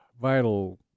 vital